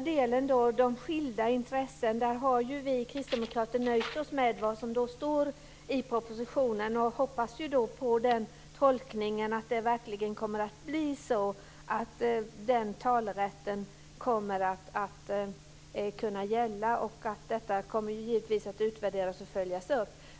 det gäller den första delen om skilda intressen har vi kristdemokrater nöjt oss med vad som står i propositionen. Vi hoppas på den här tolkningen, så att den här talerätten verkligen kommer att kunna gälla. Detta kommer givetvis att utvärderas och följas upp.